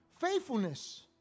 faithfulness